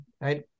right